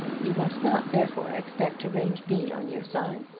you must not, therefore, expect to range me on your side.